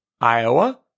Iowa